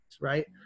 right